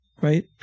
right